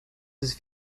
ist